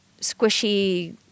squishy